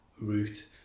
route